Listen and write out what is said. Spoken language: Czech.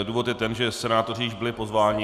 Důvod je ten, že senátoři již byli pozváni.